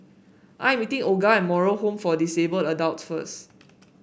I am meeting Olga at Moral Home for Disabled Adults first